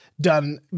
done